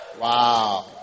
Wow